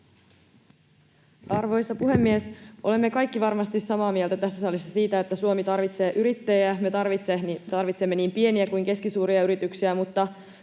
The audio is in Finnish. Arvoisa puhemies! Olemme kaikki tässä salissa varmasti samaa mieltä siitä, että Suomi tarvitsee yrittäjiä. Me tarvitsemme niin pieniä kuin keskisuuria yrityksiä mutta